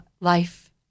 life